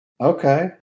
Okay